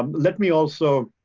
um let me also